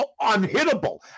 unhittable